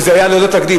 שזה היה ללא תקדים.